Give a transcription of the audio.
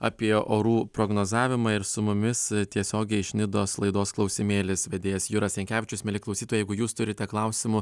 apie orų prognozavimą ir su mumis tiesiogiai iš nidos laidos klausimėlis vedėjas juras jankevičius mieli klausytojai jūs turite klausimų